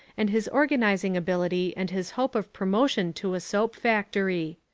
and his organising ability and his hope of promotion to a soap factory.